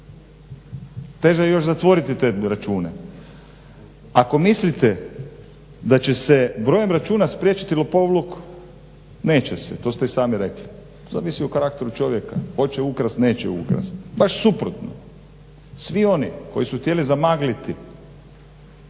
Teže je još zatvoriti te račune. Ako mislite da će se brojem računa spriječiti lopovluk, neće se, to ste i sami rekli, zavisi o karakteru čovjeka, hoće ukrast, neće ukrast. Baš suprotno, svi oni koji su htjeli zamagliti